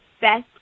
best